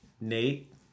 Nate